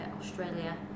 Australia